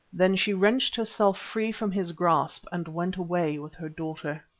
then she wrenched herself free from his grasp and went away with her daughter.